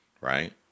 right